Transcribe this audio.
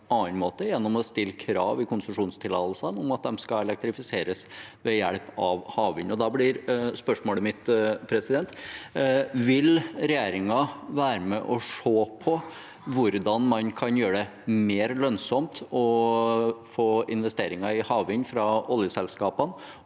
gjennom å stille krav i konsesjonstillatelsene om at de skal elektrifiseres ved hjelp av havvind. Da blir spørsmålet mitt: Vil regjeringen være med og se på hvordan man kan gjøre det mer lønnsomt å få investeringer i havvind fra oljeselskapene